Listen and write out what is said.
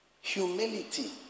humility